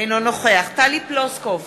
אינו נוכח טלי פלוסקוב,